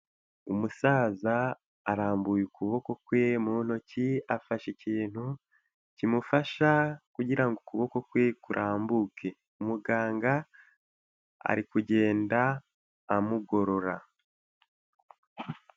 Umusaza arambuye ukuboko kwe mu ntoki afashe ikintu kimufasha kugira ngo ukuboko kwe kurambuke, muganga ari kugenda amugorora.